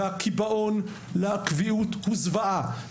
והקיבעון לקביעות הוא זוועה,